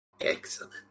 Excellent